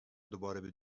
دوباره